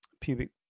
pubic